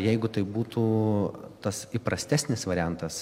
jeigu tai būtų tas įprastesnis variantas